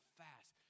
fast